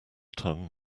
tongue